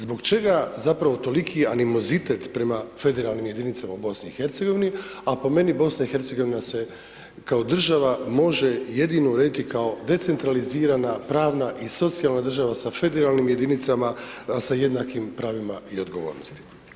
Zbog čega zapravo toliki amunizitet prema federalnim jedinicama u BIH, a po meni BIH se kao država može jedino urediti kao decentralizirana, pravna i socijalna država sa federalnim jedinicama, sa jednakim pravima o odgovornosti.